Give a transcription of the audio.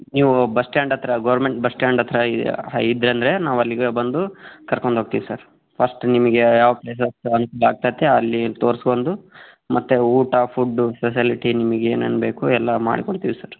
ನೀವು bus stand ಹತ್ರ government bus stand ಹತ್ರ ಹಾ ಇದ್ರಂದರೆ ನಾವು ಅಲ್ಲಿಗೆ ಬಂದು ಕರ್ಕೊಂಡೋಗ್ತಿವಿ ಸರ್ ಫಸ್ಟ್ ನಿಮಗೆ ಯಾವ ಪ್ಲೇಸಸ್ ಅನುಕೂಲ ಆಗ್ತದೆ ಅಲ್ಲಿ ತೋರ್ಸ್ಕೊಂಡು ಮತ್ತು ಊಟ ಫುಡ್ಡು ಸ್ಪೆಸಲಿಟಿ ನಿಮ್ಗೆ ಏನೇನು ಬೇಕೋ ಎಲ್ಲ ಮಾಡ್ಕೊಡ್ತೀವಿ ಸರ್